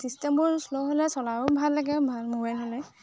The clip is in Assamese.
চিষ্টেমবোৰ শ্ল' হ'লে চলাও ভাল লাগে ভাল মোবাইল হ'লে